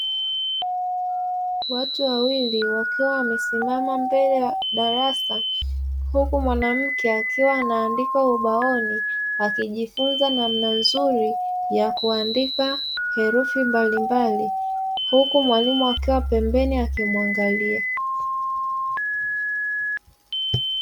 Watu wawili wakiwa wamesimama mbele ya darasa, huku mwanamke akiwa anaandika ubaoni, akijifunza namna nzuri ya kuandika herufi mbalimbali, huku mwalimu akiwa pembeni akimuangalia.